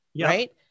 right